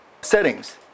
settings